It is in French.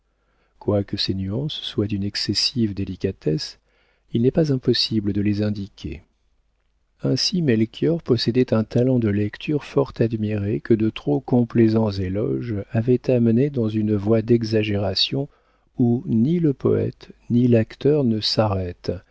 quoique ces nuances soient d'une excessive délicatesse il n'est pas impossible de les indiquer ainsi melchior possédait un talent de lecture fort admiré que de trop complaisants éloges avaient amené dans une voie d'exagération où ni le poëte ni l'acteur ne s'arrêtent